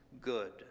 good